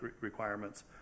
requirements